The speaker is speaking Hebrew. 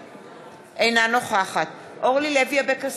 אינה נוכחת אורלי לוי אבקסיס,